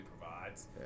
provides